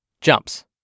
jumps